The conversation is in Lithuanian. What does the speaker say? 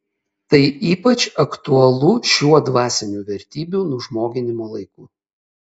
tai ypač aktualu šiuo dvasinių vertybių nužmoginimo laiku